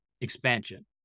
expansion